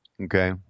Okay